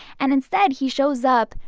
and instead, he shows up,